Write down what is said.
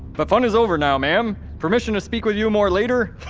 but fun is over now ma'am! permission to speak with you more later?